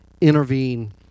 intervene